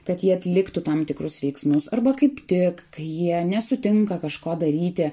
kad jie atliktų tam tikrus veiksmus arba kaip tik kai jie nesutinka kažko daryti